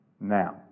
Now